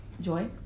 joy